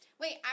wait